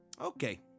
Okay